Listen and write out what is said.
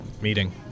meeting